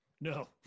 No